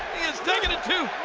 is digging into